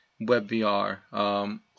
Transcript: WebVR